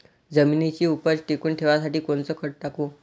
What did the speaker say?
जमिनीची उपज टिकून ठेवासाठी कोनचं खत टाकू?